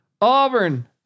Auburn